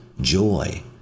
joy